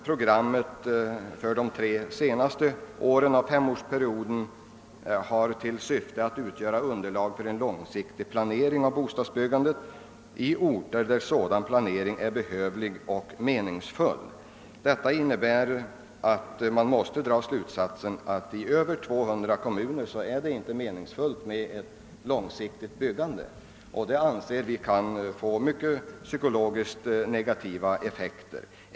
Programmet för de senaste tre åren av femårsperioden har enligt statsverkspropositionen till syfte att utgöra underlag för en långsiktig planering av bostadsbyggandet i orter där sådan planering är behövlig och meningsfull. Man måste alltså dra slutsatsen att det i över 200 kommuner inte är menings fullt med ett långsiktigt byggande, en inställning som enligt vår åsikt kan få psykologiskt sett mycket negativa effekter.